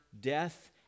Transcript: death